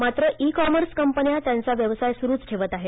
मात्र e commerce कंपन्या त्यांचा व्यवसाय सुरूच ठेवत आहेत